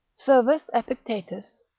servus epictetus,